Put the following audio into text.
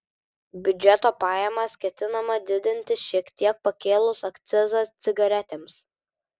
biudžeto pajamas ketinama didinti šiek tiek pakėlus akcizą cigaretėms